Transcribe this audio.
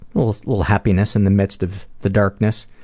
little little happiness in the midst of the darkness.